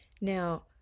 now